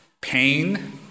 pain